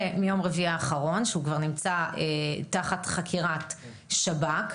מיום רביעי האחרון שכבר נמצא תחת חקירת שב"כ.